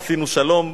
עשינו שלום,